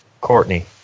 Courtney